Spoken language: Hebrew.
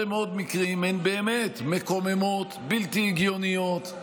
מאוד מקרים הן באמת מקוממות ובלתי הגיוניות,